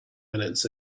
minutes